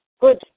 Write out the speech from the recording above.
Good